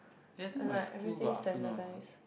and like everything standardise